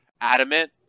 adamant